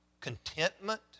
contentment